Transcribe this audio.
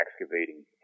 excavating